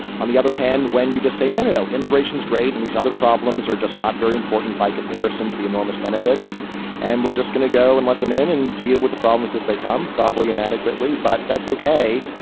on the other hand, when you just say, no, immigration is great and these other problems are just not very important by comparison to the enormous benefits and we're just going to go and let them in and deal with the problems as they come, probably inadequately. but that's okay,